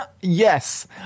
yes